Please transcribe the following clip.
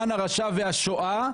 המן הרשע והשואה,